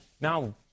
now